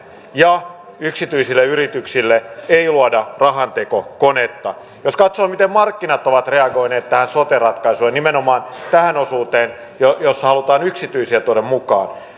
ja yksityisille yrityksille ei luoda rahantekokonetta jos katsoo miten markkinat ovat reagoineet tähän sote ratkaisuun ja nimenomaan tähän osuuteen jossa halutaan yksityisiä tuoda mukaan